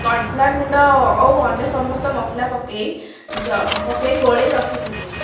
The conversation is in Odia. କର୍ଣ୍ଣଫ୍ଲାୱାର ଗୁଣ୍ଡ ଅଉ ଅନ୍ୟ ସମସ୍ତ ମସଲା ପକେଇ ଦ ପକେଇ ଗୋଳେଇ ରଖିଥିଲି